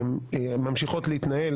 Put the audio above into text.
ממשיכות להתנהל,